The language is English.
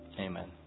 Amen